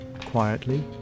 quietly